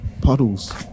puddles